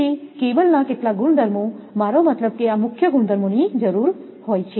તેથી કેબલ ના કેટલાક ગુણધર્મો મારો મતલબ કે આ મુખ્ય ગુણધર્મોની જરૂર હોય છે